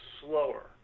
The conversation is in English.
slower